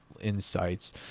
insights